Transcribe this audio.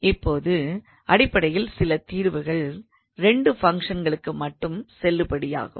இப்பொழுது அடிப்படையில் சில தீர்வுகள் 2 ஃபங்க்ஷன்களுக்கு மட்டும் செல்லுபடியாகும்